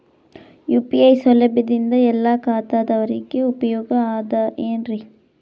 UPI ಸೌಲಭ್ಯದಿಂದ ಎಲ್ಲಾ ಖಾತಾದಾವರಿಗ ಉಪಯೋಗ ಅದ ಏನ್ರಿ?